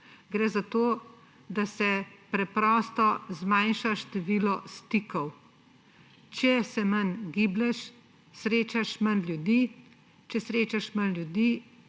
Gre za to, da se preprosto zmanjša število stikov. Če se manj giblješ, srečaš manj ljudi, če srečaš manj ljudi,